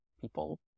people